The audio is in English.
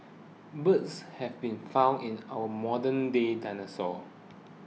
birds have been found in our modernday dinosaurs